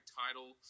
title